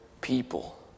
people